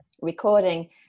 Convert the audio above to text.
recording